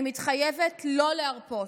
אני מתחייבת לא להרפות,